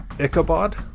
Ichabod